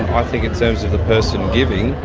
i think in terms of the person giving,